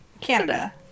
Canada